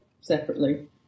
separately